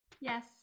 yes